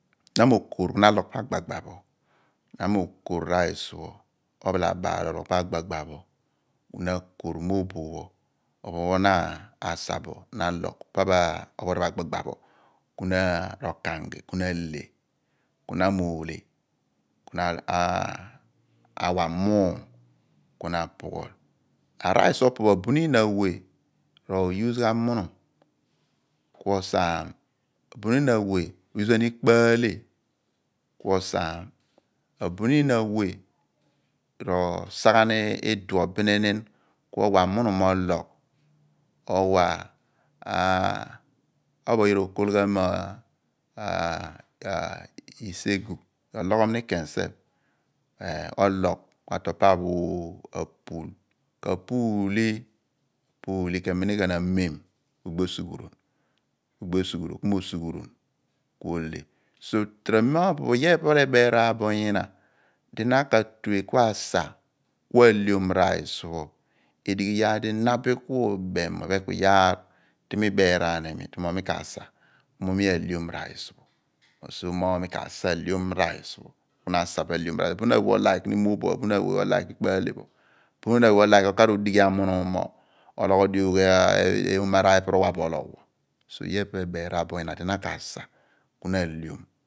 Na m'okοr ku na alogh pa agbagba pho, na m'okor rice pho uphalabaal pho alogh siphe agbaba pho ku akor mooboph youn na ma' sa bo alogh pa ophompho agbagba pho r'okạngi ku na ahle ku na m'ohle, kuna wa muum ku na apughol. a rice pho opo bunin awe ro to use munum ku osaam. abuniin awe to use ghan ikpo ahle ku osaam a bunin awe ro sa ghan iduom bin ka owa mu num oleom ku owa ko bo yoor r'okol ghan mi isegu κu ologh ku otol pa pho apul keminighan amem ku ogbi osugharron ku mo osughumon ku ohle torob iyaar pho epe ebeerean bo ha di na ka sa ku ableom rice pho edighi iyaar di na abem mo ophon ku iyaar di ibeeraan imi di mi ka sa ku ableom rice pho so mo mi ka sa ahleom mel pho abumin awe o like ni mooboph abumin awe o like ikpo able pho abunim awe o like okar odighi amunum pho okor ologhodi oomo pho ipe r'owa bo iyaar pho ebeeraan bo ngina di na ka sa ku ableom